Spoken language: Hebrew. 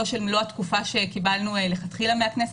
לא של מלוא התקופה שקיבלנו לכתחילה מהכנסת,